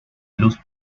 luz